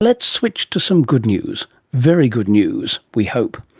let's switch to some good news, very good news, we hope.